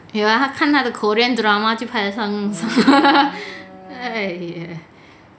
有啊她看她的 korean drama 就派上用场 !aiya!